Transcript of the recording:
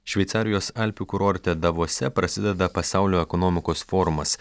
šveicarijos alpių kurorte davose prasideda pasaulio ekonomikos forumas